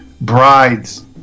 bride's